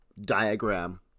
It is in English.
diagram